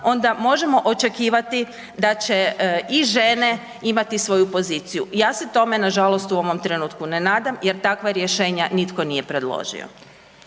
onda možemo očekivati da će i žene imati svoju poziciju. Ja se tome nažalost u ovom trenutku ne nadam jer takva rješenja nitko nije predložio.